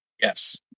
Yes